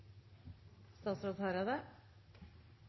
statsråd